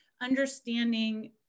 understanding